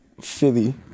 Philly